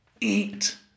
eat